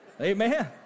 Amen